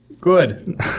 Good